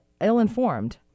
ill-informed